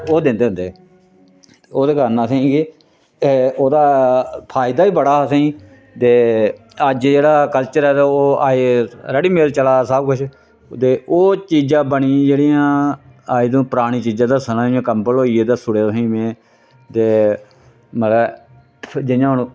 ओह् दिंदे होंदे हे ते ओह्दे कारण असेंगी ओह्दा फायदा बी बड़ा हा असेंगी ते अज्ज जेह्ड़ा कल्चर ऐ तां ओह् अज्ज रडीमेट चला दा सब किश ते ओह् चीजां बनी दी जेह्ड़ियां अज्ज तु परानी चीजां दस्सा नां जियां कम्बल होई गे दस्सुड़े तुसें में ते मतलब जियां हून